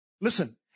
Listen